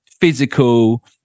physical